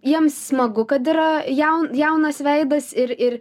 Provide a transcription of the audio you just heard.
jiems smagu kad yra jau jaunas veidas ir ir